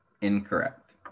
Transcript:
Incorrect